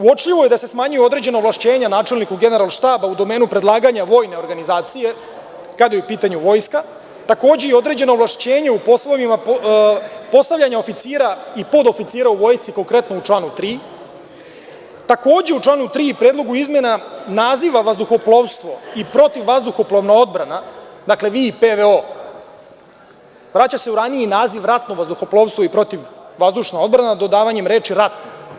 Uočljivo je da se smanjuju određena ovlašćenja načelniku Generalštaba u domenu predlaganja vojne organizacije, kada je u pitanju Vojska, takođe i određena ovlašćenja u poslovima postavljanja oficira i podoficira u vojsci, konkretno u članu 3. Takođe, u članu 3. Predlogu izmena, naziv „vazduhoplovstvo i protivvazduhoplovna odbrana“, dakle PVO, vraća se u raniji naziv „ratno vazduhoplovstvo i protivvazdušna odbrana“ dodavanjem reči „rat“